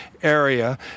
area